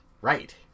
Right